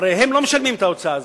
הרי הם לא משלמים את ההוצאה הזאת,